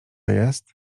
jest